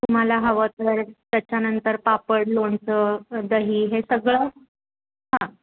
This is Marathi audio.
तुम्हाला हवं तर त्याच्यानंतर पापड लोणचं दही हे सगळं हां